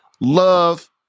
love